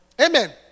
Amen